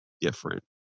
different